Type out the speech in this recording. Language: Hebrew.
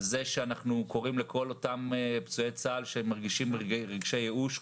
על כך שאנחנו קוראים לכל אותם פצועי צה"ל שמרגישים רגשי ייאוש,